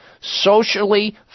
socially